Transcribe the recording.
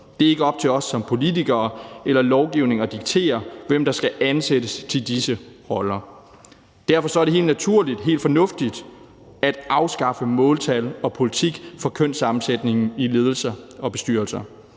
Det er ikke op til os som politikere eller lovgivere at diktere, hvem der skal ansættes til disse roller. Derfor er det helt naturligt og helt fornuftigt at afskaffe måltal og politik for kønssammensætning i ledelser og bestyrelser.